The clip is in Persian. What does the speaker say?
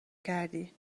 کردی